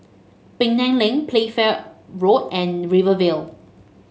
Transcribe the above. Penang Lane Playfair Road and Rivervale